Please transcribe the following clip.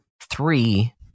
three